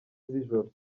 z’ijoro